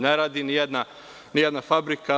Ne radi nijedna fabrika.